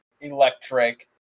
electric